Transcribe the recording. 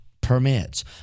permits